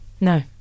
No